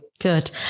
Good